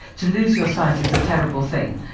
to lose your sight is a terrible thing,